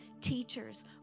teachers